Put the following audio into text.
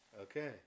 okay